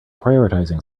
prioritizing